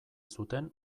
zuten